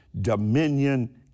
Dominion